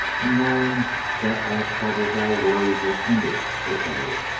and knowing that all troubles, all worries were ended for ever.